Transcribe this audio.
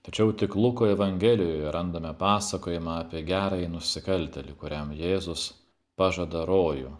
tačiau tik luko evangelijoje randame pasakojimą apie gerąjį nusikaltėlį kuriam jėzus pažada rojų